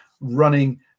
running